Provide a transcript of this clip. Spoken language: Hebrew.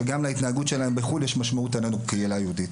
שגם להתנהגויות שלהם בחו"ל יש משמעות עלינו כקהילה היהודית